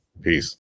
Peace